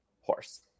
horse